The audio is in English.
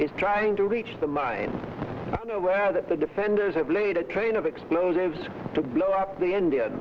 is trying to reach the mine where that the defenders have laid a train of explosives to blow up the india